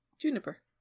Juniper